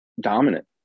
dominant